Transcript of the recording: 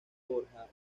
forja